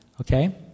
okay